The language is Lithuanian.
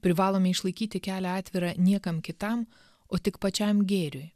privalome išlaikyti kelią atvirą niekam kitam o tik pačiam gėriui